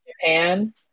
Japan